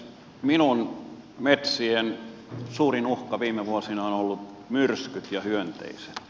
minun metsieni suurin uhka viime vuosina on ollut myrskyt ja hyönteiset